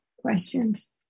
questions